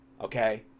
okay